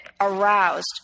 aroused